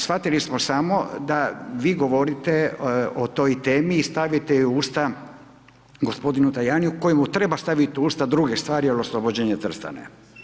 Shvatili smo samo da vi govorite o toj temi i stavljate ju u usta gospodinu Tajaniju, kojemu treba staviti druge stvari, ali oslobođenje Trsta ne.